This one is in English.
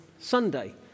Sunday